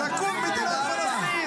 תודה.